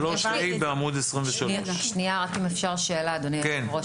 אם אפשר שאלה, אדוני היושב-ראש.